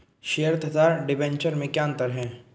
Share तथा debenture में क्या अंतर है?